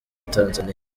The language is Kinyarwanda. tanzaniya